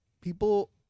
people